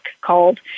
called